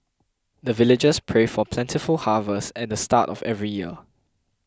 the villagers pray for plentiful harvest at the start of every year